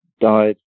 died